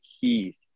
keys